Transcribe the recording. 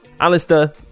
Alistair